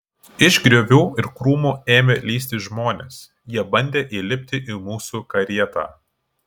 iš griovių ir krūmų ėmė lįsti žmonės jie bandė įlipti į mūsų karietą